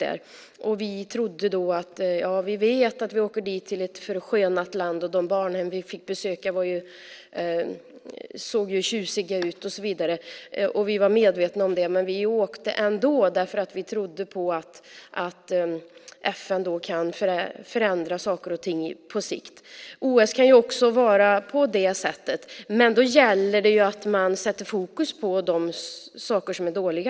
Vi visste att vi åkte till ett förskönat land. De barnhem vi fick besöka såg tjusiga ut, och så vidare. Vi var medvetna om det. Vi åkte ändå eftersom vi trodde på att FN kan förändra saker och ting på sikt. OS kan också fungera så, men då gäller det att fokusera på det som är dåligt.